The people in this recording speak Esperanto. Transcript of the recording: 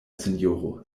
sinjoro